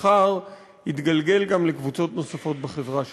ומחר יתגלגל גם לקבוצות נוספות בחברה שלנו.